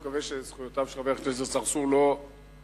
אני מקווה שזכויותיו של חבר הכנסת צרצור לא יילקחו.